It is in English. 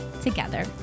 together